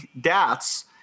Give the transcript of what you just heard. deaths